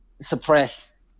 suppress